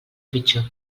pitjor